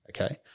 Okay